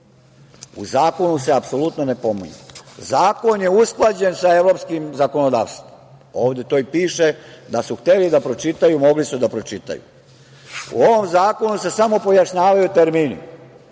U zakonu se apsolutno ne pominju. Zakon je usklađen sa evropskim zakonodavstvom, ovde to i piše. Da su hteli da pročitaju, mogli su da pročitaju. U ovom zakonu se samo pojašnjavaju termini